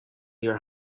your